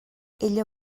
ella